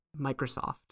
Microsoft